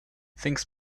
things